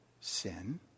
sin